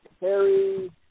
Harry